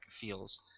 feels